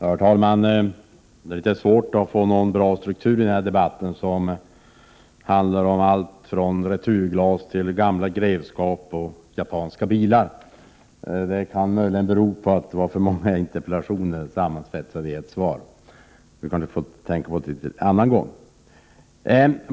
Herr talman! Det är litet svårt att få någon bra struktur i den här debatten, som handlar om allt från returglas till gamla grevskap och japanska bilar. Detta kan möjligen bero på att det var för många interpellationer samman svetsade i ett svar — det kanske man får tänka på till en annan gång.